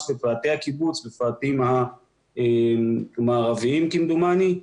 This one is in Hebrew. בפאתי הקיבוץ בפרטים המערבים כמדומני,